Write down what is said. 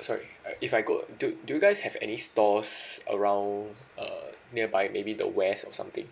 sorry uh if I go do do you guys have any stores around uh nearby maybe the west or something